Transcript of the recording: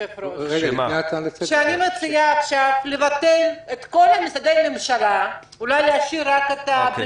אם מנכ"ל משרד התיירות אומר שאין לו תקציב אז זו בעיה קשה.